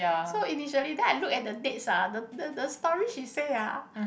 so initially then I look at the dates ah the the the story she say ah